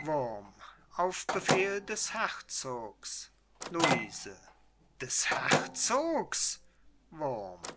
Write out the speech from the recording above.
luise des herzogs wurm